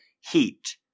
heat